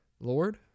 Lord